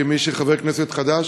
כמי שהוא חבר כנסת חדש,